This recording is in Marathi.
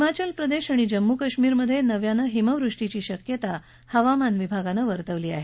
हिमाचल प्रदेश आणि जम्मू कश्मीरमध्ये नव्यानं हिमवृष्टीची शक्यता हवामान विभागानं वर्तवली आहे